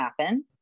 happen